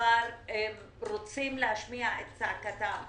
כבר רוצים להשמיע את צעקתם.